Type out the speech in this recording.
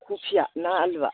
कबिया ना आलुआ